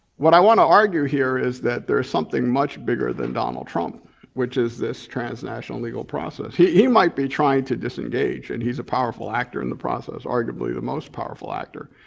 what i wanna argue here is that there's something much bigger than donald trump which is this transnational legal process. he he might be trying to disengage and he's a powerful actor in the process, arguably the most powerful actor.